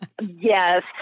Yes